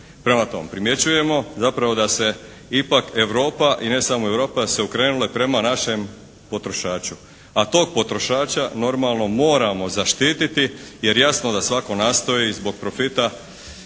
Prema tome, primjećujemo zapravo da se ipak Europa i ne samo Europa da su se okrenuli prema našem potrošaču, a tog potrošača normalno moramo zaštititi jer jasno da svatko nastoji zbog profita